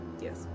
Yes